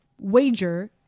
wager